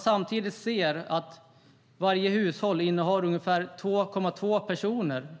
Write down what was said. Samtidigt kan man se att varje hushåll innehåller ungefär 2,2 personer.